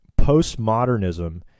postmodernism